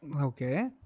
Okay